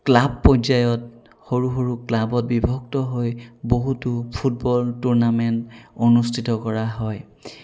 club পৰ্যায়ত সৰু সৰু ক্লাবত বিভক্ত হৈ বহুতো ফুটবল টুৰ্নামেণ্ট অনুষ্ঠিত কৰা হয়